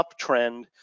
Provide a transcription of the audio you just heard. uptrend